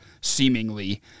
seemingly